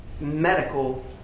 medical